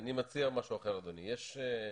אני מציע משהו אחר, אדוני היושב ראש.